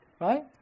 Right